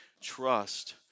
Trust